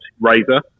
Razor